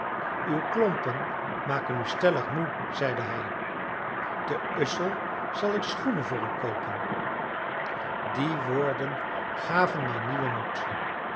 uw klompen maken u stellig moe zeide hij te ussel zal ik schoenen voor u koopen die woorden gaven mij nieuwen moed